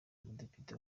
umudepite